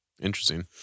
Interesting